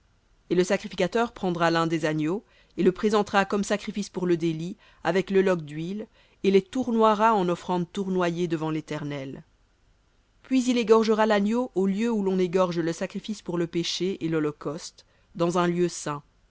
et le sacrificateur prendra l'un des agneaux et le présentera comme sacrifice pour le délit avec le log d'huile et les tournoiera en offrande tournoyée devant léternel puis il égorgera l'agneau au lieu où l'on égorge le sacrifice pour le péché et l'holocauste dans un lieu saint